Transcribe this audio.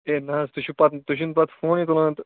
ہے نہ حظ تُہۍ چھِو پَتہٕ تُہۍ چھِو نہٕ پَتہٕ فونُے تُلان تہٕ